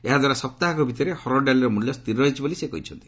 ଏହାଦ୍ୱାରା ସପ୍ତାହକ ଭିତରେ ହରଡ଼ଡାଲିର ମୂଲ୍ୟ ସ୍ଥିର ରହିଛି ବୋଲି ସେ କହିଛନ୍ତି